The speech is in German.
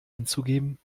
hinzugeben